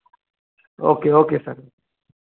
okay okay sir